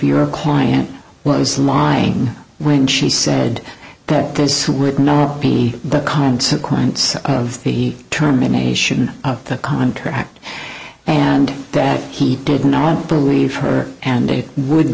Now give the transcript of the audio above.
your client was lying when she said that this would not be the consequence of the term a nation that contract and that he did not believe her and they would